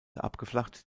abgeflacht